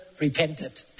repented